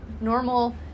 normal